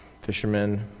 fishermen